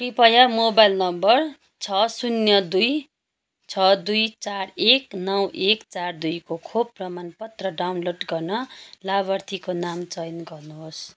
कृपया मोबाइल नम्बर छ शून्य दुई छ दुई चार एक नौ एक चार दुई को खोप प्रमाणपत्र डाउनलोड गर्न लाभार्थीको नाम चयन गर्नुहोस्